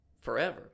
forever